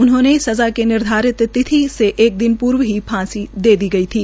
उन्हें सज़ा की निर्धारित तिथि से एक दिन पूर्व ही फांसी दे दी गई थी